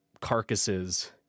carcasses